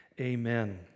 amen